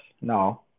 No